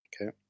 Okay